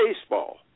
baseball